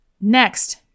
Next